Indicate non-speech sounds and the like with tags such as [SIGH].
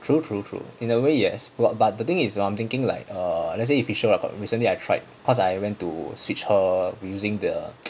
true true true in a way yes [what] but the thing is I'm thinking like err let's say if you sure recently I tried cause I went to switch her using the [NOISE]